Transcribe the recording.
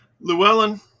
Llewellyn